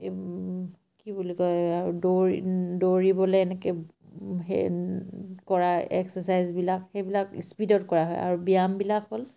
কি বুলি কয় আৰু দৌৰি দৌৰিবলৈ এনেকৈ সেই কৰা এক্সাৰচাইজবিলাক সেইবিলাক স্পীডত কৰা হয় আৰু ব্যায়ামবিলাক হ'ল